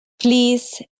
please